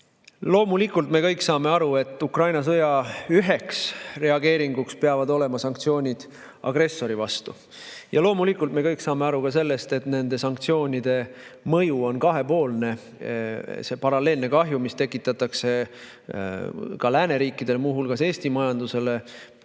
Loomulikult me kõik saame aru, et Ukraina sõja üheks reageeringuks peavad olema sanktsioonid agressori vastu, ja loomulikult me kõik saame aru ka sellest, et nende sanktsioonide mõju on kahepoolne. See paralleelne kahju, mis tekitatakse lääneriikidele, muu hulgas Eesti majandusele,